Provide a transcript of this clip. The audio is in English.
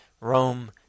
Rome